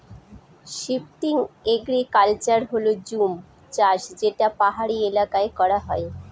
shifting agriculture হল জুম চাষ যেটা পাহাড়ি এলাকায় করা হয়